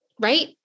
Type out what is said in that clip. right